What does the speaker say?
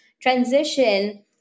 transition